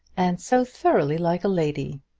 and so thoroughly like a lady.